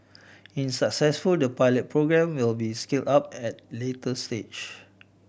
in successful the pilot programme will be scaled up at later stage